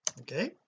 okay